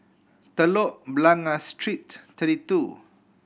Telok Blangah Street Thirty Two